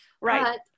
Right